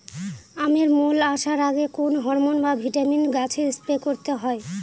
আমের মোল আসার আগে কোন হরমন বা ভিটামিন গাছে স্প্রে করতে হয়?